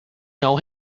know